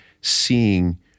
seeing